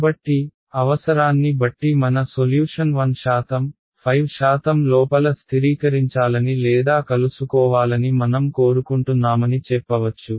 కాబట్టి అవసరాన్ని బట్టి మన సొల్యూషన్ 1 శాతం 5 శాతం లోపల స్థిరీకరించాలని లేదా కలుసుకోవాలని మనం కోరుకుంటున్నామని చెప్పవచ్చు